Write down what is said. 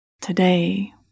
Today